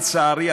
לצערי,